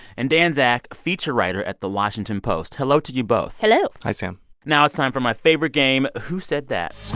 and dan zak, a feature writer at the washington post. hello to you both hello hi, sam now it's time for my favorite game, who said that